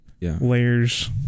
layers